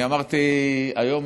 אני אמרתי היום,